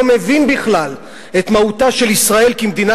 הוא אינו מבין בכלל את מהותה של ישראל כמדינה